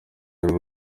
y’u